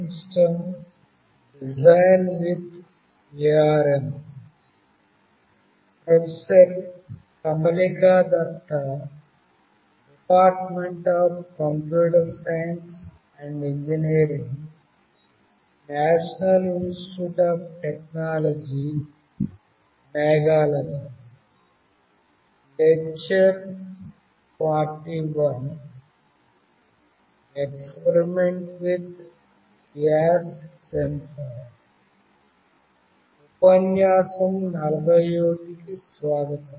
ఉపన్యాసం 41 కు స్వాగతం